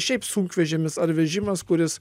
šiaip sunkvežimis ar vežimas kuris